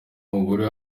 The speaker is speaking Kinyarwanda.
mugore